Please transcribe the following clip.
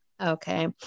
Okay